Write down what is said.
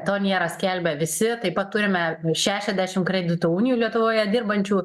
to nėra skelbia visi taip pat turime šešiasdešim kreditų unijų lietuvoje dirbančių